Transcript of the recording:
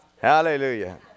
Hallelujah